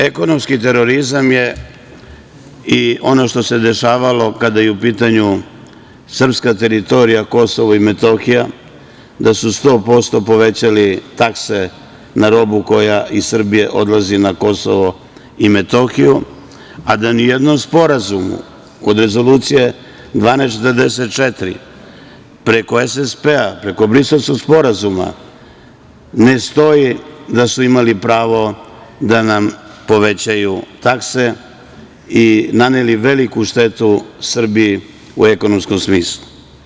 Ekonomski terorizam je i ono što se dešavalo kada je u pitanju srpska teritorija Kosovo i Metohija, da su 100% povećali takse na robu koja iz Srbije odlazi na Kosovo i Metohiju, a da ni u jednom sporazumu, od Rezolucije 1244, preko SSP, preko Briselskog sporazuma, ne stoji da su imali pravo da nam povećaju takse i naneli veliku štetu Srbiji u ekonomskom smislu.